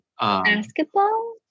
basketball